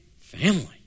Family